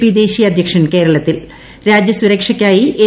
P ദേശീയ അദ്ധ്യക്ഷൻ കേരളത്തിൽ രാജ്യസുരക്ഷയ്ക്കായി എൻ